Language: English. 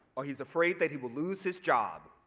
or he's afraid that he will lose his job.